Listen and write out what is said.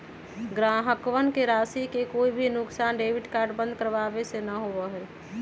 ग्राहकवन के राशि के कोई भी नुकसान डेबिट कार्ड बंद करावे से ना होबा हई